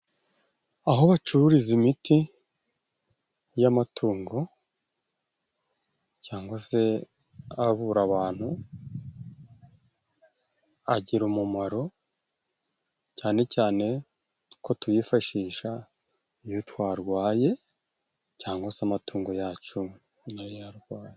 Aho bacururiza imiti y'amatungo cyangwa se avura abantu agira umumaro cyane cyane uko tuyifashisha iyo twarwaye cyangwa se amatungo yacu nayo yarwaye.